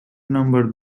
numbered